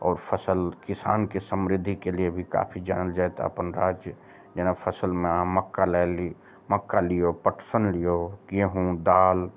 आओर फसल किसानके समृद्धिके लिये भी काफी जानल जाएत अपन राज्य जेना फसलमे अहाँ मक्का लए ली मक्का लियौ पटसन लियौ गेहूॅंम दालि